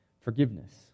Forgiveness